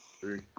Three